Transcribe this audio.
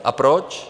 A proč?